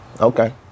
Okay